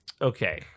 Okay